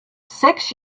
six